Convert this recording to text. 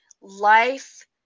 life